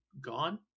gone